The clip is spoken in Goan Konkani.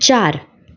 चार